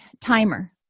timer